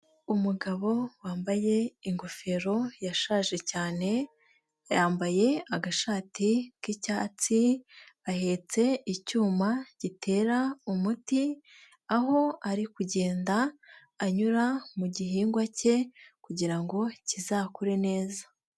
Umugabo wambaye ingofero yashaje cyane, yambaye agashati k'icyatsi, ahetse icyuma gitera umuti, aho ari kugenda anyura mu gihingwa cye kugira ngo kizakure neza.